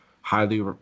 highly